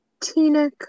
Tina